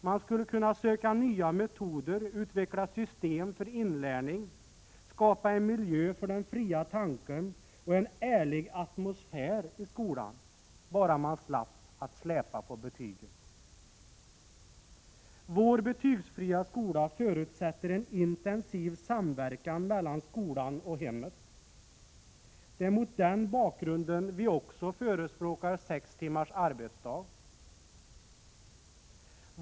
Man skulle kunna söka nya metoder, utveckla system för inlärning, skapa en miljö för den fria tanken och en ärlig atmosfär i skolan, bara man slapp släpa på betygen. Vår betygsfria skola förutsätter en intensiv samverkan mellan skolan och hemmet. Det är mot den bakgrunden vi också förespråkar sex timmars arbetsdag.